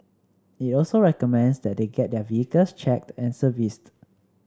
it also recommends that they get their vehicles checked and serviced